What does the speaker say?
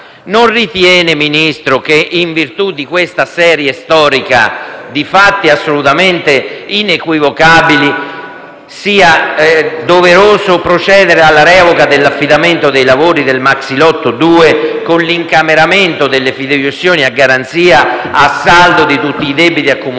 non ritiene, signor Ministro, che in virtù di questa serie storica di fatti assolutamente inequivocabili, sia doveroso procedere alla revoca dell'affidamento dei lavori del maxilotto 2 con l'incameramento delle fideiussioni a garanzia del saldo di tutti i debiti accumulati